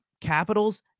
Capitals